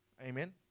Amen